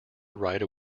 ride